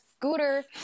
scooter